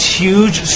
huge